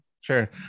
sure